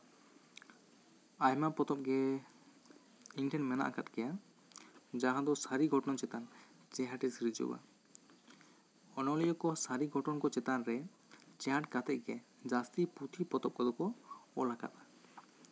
ᱟᱭᱢᱟ ᱯᱚᱛᱚᱵᱽ ᱜᱮ ᱤᱧ ᱴᱷᱮᱱ ᱢᱮᱱᱟᱜ ᱟᱠᱟᱫ ᱜᱮᱭᱟ ᱡᱟᱦᱟᱸ ᱫᱚ ᱥᱟᱹᱨᱤ ᱜᱷᱚᱴᱚᱱᱟ ᱪᱮᱛᱟᱱ ᱪᱮᱦᱟᱴᱤ ᱨᱮᱡᱩᱣᱟ ᱚᱱᱚᱞᱤᱭᱟᱹ ᱠᱚ ᱥᱟᱹᱨᱤ ᱜᱷᱚᱴᱚᱱ ᱠᱚ ᱪᱮᱛᱟᱱ ᱨᱮ ᱴᱮᱸᱦᱟᱴ ᱠᱟᱛᱮᱫ ᱜᱮ ᱡᱟᱹᱥᱛᱤ ᱯᱩᱸᱛᱷᱤ ᱯᱚᱛᱚᱵᱽ ᱠᱚᱫᱚ ᱠᱚ ᱚᱞ ᱟᱠᱟᱫᱟ